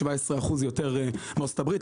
17% יותר מארצות הברית,